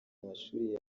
amashuri